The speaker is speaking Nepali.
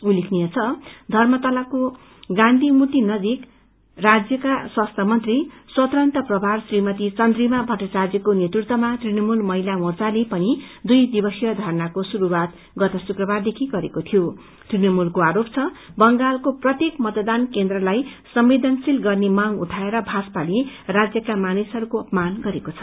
उल्लेखनीय छ धर्मतलाको गाँधी मूर्ति नजीक राज्यका स्वास्थ्य मंत्री स्वतंत्र प्रभार श्रीमती चन्द्रिमा भट्टार्चायको नेतृत्वमा तृणमूल महिला मोर्चाले पनि दुई दिवसीय धरनाको शुरूवात गत शुकबारदेखि गरेको थियों तृणमूलको आरोप छ कि बंगालको प्रत्येक मतदान केन्द्रलाई संवेदनशील गर्ने मांग उठाएर भाजपाले राज्यको मानिसहरूको अपमान गरेको छ